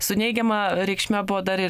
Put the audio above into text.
su neigiama reikšme buvo dar ir